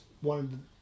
one